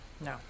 No